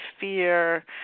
fear